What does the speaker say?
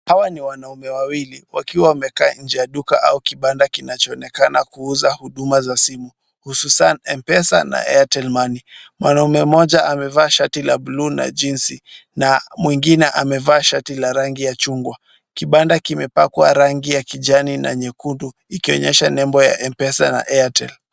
Hawa ni wanaume wawili, wakiwa wamekaa nje ya duka au kibanda kinachoonekana kuuza huduma za simu. Hususan Mpesa na Airtel Money. Mwanaume mmoja amevaa shati la blue jinsi na mwingine amevaa shati la rangi ya chungwa. Kibanda kimepakwa rangi ya kijani na nyekundu ikinyesha nembo ya Mpesa na Artel.